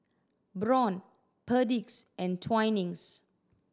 Braun Perdix and Twinings